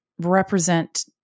represent